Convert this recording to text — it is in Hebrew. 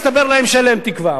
הסתבר להם שאין להם תקווה,